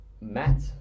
Matt